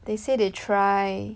they say they try